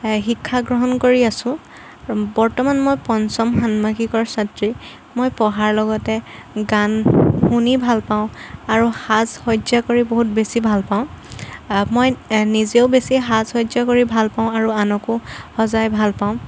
শিক্ষা গ্ৰহণ কৰি আছোঁ বৰ্তমান মই পঞ্চম ষান্মাসিকৰ ছাত্ৰী মই পঢ়াৰ লগতে গান শুনি ভাল পাওঁ আৰু সাজ সজ্জা কৰি বহুত বেছি ভাল পাওঁ মই নিজেও বেছি সাজ সজ্জা কৰি ভাল পাওঁ আৰু আনকো সজাই ভাল পাওঁ